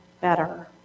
better